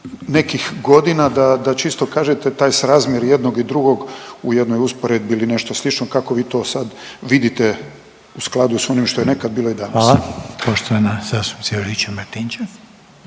nekih godina da čisto kažete taj srazmjer jednog i drugog u jednoj usporedbi ili nešto slično kako vi to sad vidite u skladu s onim što je nekad bilo i danas. **Reiner, Željko (HDZ)** Hvala.